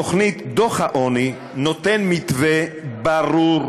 תוכנית דוח העוני נותנת מתווה ברור,